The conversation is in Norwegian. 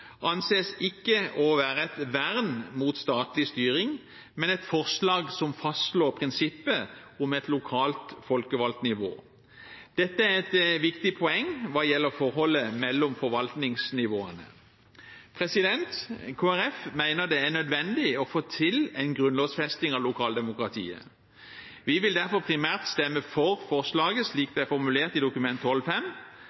anses ikke å være et vern mot statlig styring, men et forslag som fastslår prinsippet om et lokalt folkevalgt nivå. Dette er et viktig poeng hva gjelder forholdet mellom forvaltningsnivåene. Kristelig Folkeparti mener det er nødvendig å få til en grunnlovfesting av lokaldemokratiet. Vi vil derfor primært stemme for forslaget slik